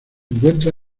encuentra